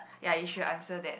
ya you should answer that